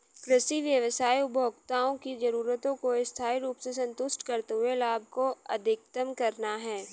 कृषि व्यवसाय उपभोक्ताओं की जरूरतों को स्थायी रूप से संतुष्ट करते हुए लाभ को अधिकतम करना है